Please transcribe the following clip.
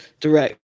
direct